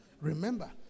Remember